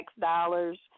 dollars